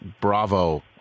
bravo